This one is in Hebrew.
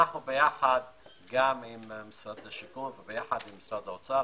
ביחד עם משרד השיכון, משרד האוצר,